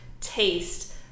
taste